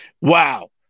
Wow